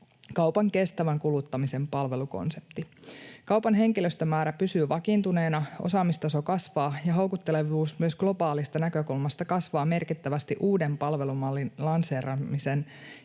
kaupan kestävän kuluttamisen palvelukonsepti. Kaupan henkilöstömäärä pysyy vakiintuneena, osaamistaso kasvaa ja houkuttelevuus myös globaalista näkökulmasta kasvaa merkittävästi uuden palvelumallin lanseeramisen